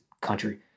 country